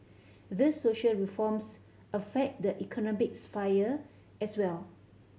these social reforms affect the economic sphere as well